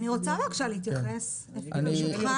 אני רוצה בבקשה להתייחס, ברשותך?